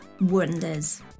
wonders